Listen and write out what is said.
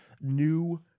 new